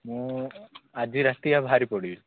ମୁଁ ଆଜି ରାତିରେ ବାହାରି ପଡ଼ିବି